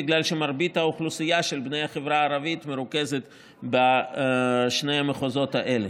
בגלל שמרבית האוכלוסייה של בני החברה הערבית מרוכזת בשני המחוזות האלה.